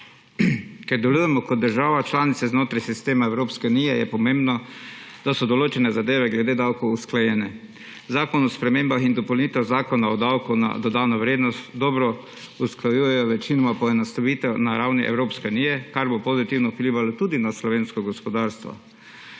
Ker delujemo kot država članica znotraj sistema Evropske unije, je pomembno, da so določene zadeve glede davkov usklajene. Zakon o spremembah in dopolnitvah Zakona o davku na dodano vrednost dobro usklajuje večinoma poenostavitev na ravni Evropske unije, kar bo pozitivno vplivalo tudi na slovensko gospodarstvo.